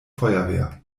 feuerwehr